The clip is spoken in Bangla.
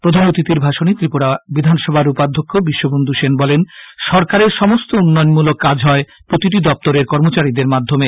প্রধান অতিখির ভাষণে ত্রিপুরা বিধানসভার উপাধ্যক্ষ বিশ্ববন্ধু সেন বলেন সরকারের সমস্ত উন্নয়নমূলক কাজ হয় প্রতিটি দপ্তরের কর্মচারীদের মাধ্যমে